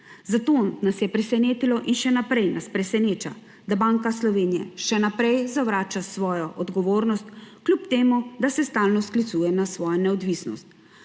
Zato nas je presenetilo in še naprej nas preseneča, da Banka Slovenije še naprej zavrača svojo odgovornost, kljub temu da se stalno sklicuje na svojo neodvisnost.